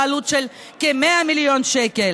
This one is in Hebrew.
בעלות של כ-100 מיליון שקל.